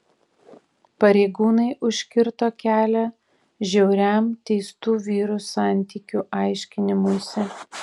pareigūnai užkirto kelią žiauriam teistų vyrų santykių aiškinimuisi